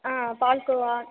ஆ palkova